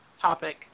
topic